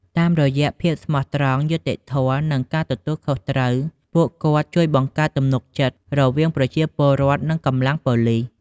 តាមរយៈភាពស្មោះត្រង់ យុត្តិធម៌ និងការទទួលខុសត្រូវ ពួកគាត់ជួយបង្កើតទំនុកចិត្តរវាងប្រជាពលរដ្ឋ និងកម្លាំងប៉ូលីស។